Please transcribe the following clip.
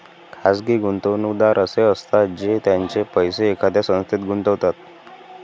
खाजगी गुंतवणूकदार असे असतात जे त्यांचे पैसे एखाद्या संस्थेत गुंतवतात